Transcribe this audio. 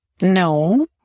No